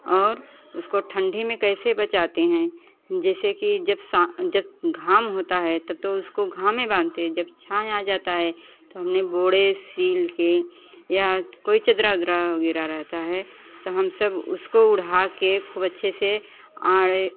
और उसको ठंडी में कैसे बचाते हैं जैसे कि जब जब घाम होता है तब तो उसको घामें बांधते हैं जब छाँव में आ जाता है तो हमने बोरे सील के या कोई चदरा उदरा गिरा रहता है तब हम सब उसको ओढा के खूब अच्छे से आड़े